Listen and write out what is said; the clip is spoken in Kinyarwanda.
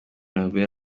norbert